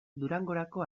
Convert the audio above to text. durangorako